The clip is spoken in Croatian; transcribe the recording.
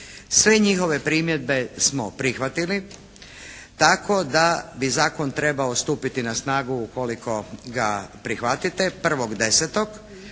Sve njihove primjedbe smo prihvatili tako da bi zakon trebao stupiti na snagu ukoliko ga prihvatite 1.10.